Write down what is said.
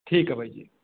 ਠੀਕ ਹੈ ਬਾਈ ਜੀ